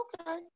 okay